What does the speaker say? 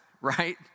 right